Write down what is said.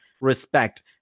respect